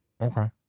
Okay